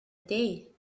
day